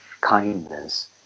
kindness